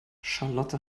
charlotte